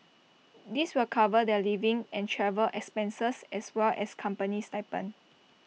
this will cover their living and travel expenses as well as company stipend